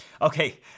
okay